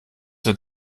der